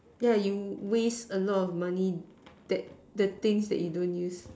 yeah you waste a lot of money that the things you don't use